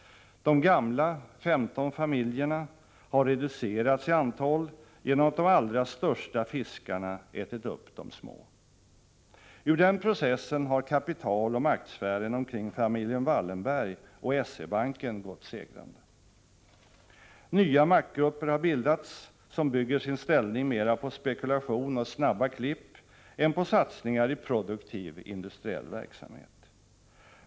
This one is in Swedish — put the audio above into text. De gamla ”femton familjerna” har reducerats i antal genom att de allra största fiskarna har ätit upp de små. Ur den processen har kapitaloch maktsfären omkring familjen Wallenberg och SE-banken gått segrande. Nya maktgrupper har bildats som bygger sin ställning mera på spekulation och ”snabba klipp” än på satsningar i produktiv industriell verksamhet.